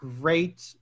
great